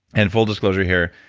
and full disclosure here,